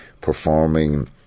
performing